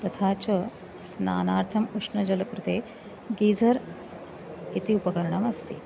तथा च स्नानार्थम् उष्णजलकृते गीज़र् इति उपकरणमस्ति